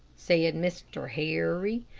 said mr. harry,